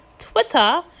twitter